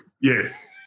Yes